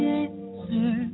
answer